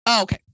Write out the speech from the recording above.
okay